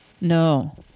No